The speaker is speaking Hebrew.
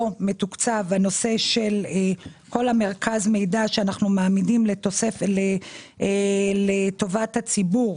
פה מתוקצב כל מרכז המידע שאנחנו מעמידים לטובת הציבור,